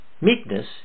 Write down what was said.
meekness